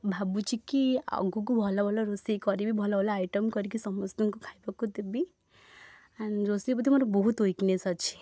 ଭବୁଛି କି ଆଗକୁ ଭଲ ଭଲ ରୋଷେଇ କରିବି ଭଲ ଭଲ ଆଇଟମ୍ କରିକି ସମସ୍ତଙ୍କୁ ଖାଇବାକୁ ଦେବି ଆଣ୍ଡ୍ ରୋଷେଇ ପ୍ରତି ମୋର ବହୁତ ଉଇକନେସ୍ ଅଛି